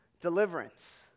deliverance